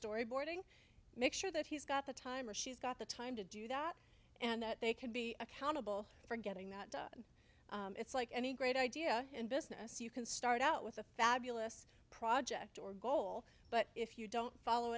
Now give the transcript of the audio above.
storyboarding make sure that he's got the time or she's got the time to do that and that they can be accountable for getting that done it's like any great idea in business you can start out with a fabulous project or goal but if you don't follow